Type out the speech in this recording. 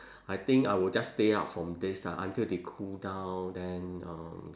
I think I will just stay out from this ah until they cool down then um